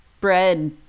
bread